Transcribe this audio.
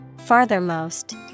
Farthermost